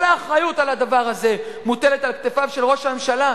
כל האחריות לדבר הזה מוטלת על כתפיו של ראש הממשלה,